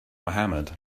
mohamed